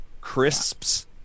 crisps